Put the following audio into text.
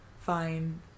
Fine